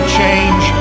change